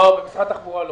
במשרד התחבורה לא.